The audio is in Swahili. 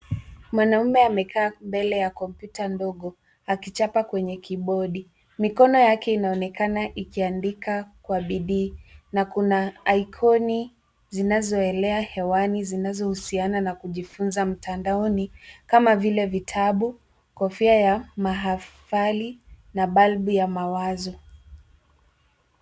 Mwanaume amekaa mbele ya kompyuta ndogo akichapa kwenye kibodi. Mikono yake inaonekana ikiandika kwa bidii. Na kuna ikoni zinazoelea hewani, zinazohusiana na kujifunza mtandaoni kama vile vitabu, kofia ya mahafali na balbu ya mawazo.